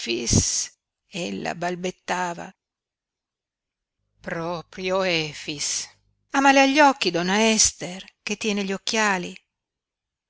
ella balbettava proprio efix ha male agli occhi donna ester che tiene gli occhiali